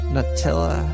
Nutella